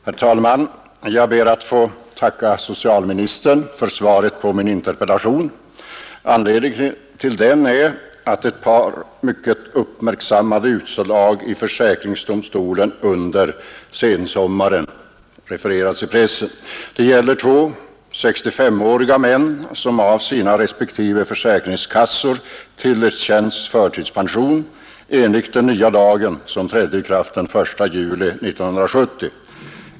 Herr talman! Jag ber att få tacka socialministern för svaret på min interpellation. Anledning till den är att ett par mycket uppmärksammade utslag i försäkringsdomstolen under sensommaren refererades i pressen. Det gäller två 65-åriga män, som av sina respektive försäkringskassor tillerkänts förtidspension enligt den nya lag som trädde i kraft den I juli 1970.